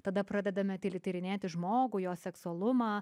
tada pradedame tyliai tyrinėti žmogų jo seksualumą